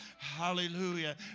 Hallelujah